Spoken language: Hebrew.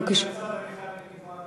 אני חייב להגיד,